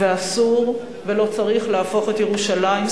ואסור ולא צריך להפוך את ירושלים,